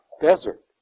desert